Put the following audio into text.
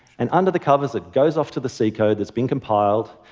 and under the covers, it goes off to the c code that's been compiled,